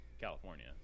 California